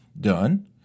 done